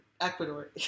Ecuador